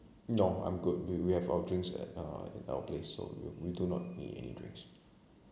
no I'm good we we have our drinks at uh at our place so we do not need any drinks